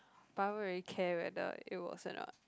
but I don't really care whether it was or not